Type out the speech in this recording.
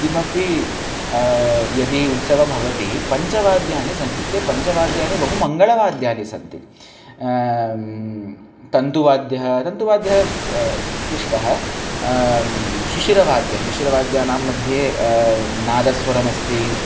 किमपि यदि उत्सवः भवति पञ्च वाद्यानि सन्ति ते पञ्च वाद्यानि बहु मङ्गलवाद्यानि सन्ति तन्तुवाद्यं तन्तुवाद्यं क्लिष्टं शिशिरवाद्यं शिशिरवाद्यानां मध्ये नादस्वरमस्ति